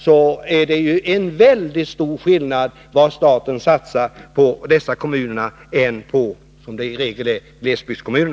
Man finner då att det är en väldigt stor skillnad i vad staten satsar på dessa olika typer av kommuner.